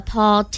Paul